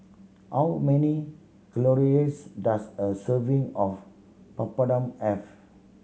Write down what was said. how many calories does a serving of Papadum have